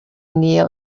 kneel